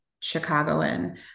Chicagoan